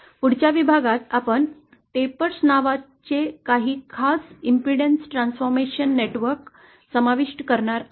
पुढच्या विभागात आपण टेपर्स नावाचे काही खास इम्प्डन्स ट्रान्सफॉर्मेशन नेटवर्क समाविष्ट करणार आहोत